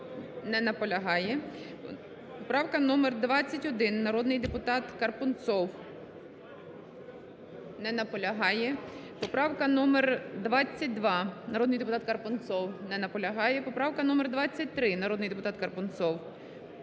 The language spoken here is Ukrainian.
не наполягає. Поправка номер 21, народний депутат Карпунцов не наполягає. Поправка номер 22, народний депутат Карпунцов не наполягає. Поправка номер 23, народний депутат Карпунцов